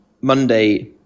Monday